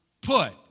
put